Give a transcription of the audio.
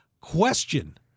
Question